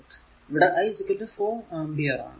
ഇവിടെ I 4 ampere ആണ്